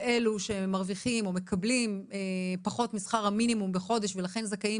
ואלו שמרוויחים או מקבלים פחות משכר המינימום בחודש ולכן זכאים